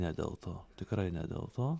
ne dėl to tikrai ne dėl to